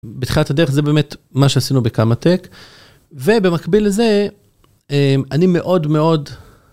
בתחילת הדרך זה באמת מה שעשינו בכמא-טק ובמקביל לזה אה.. אני מאוד מאוד.